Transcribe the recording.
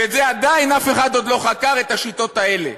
ואת זה עדיין אף אחד לא חקר, את השיטות האלה.